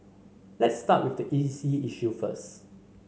let's start with the easy issue first